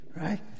Right